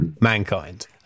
mankind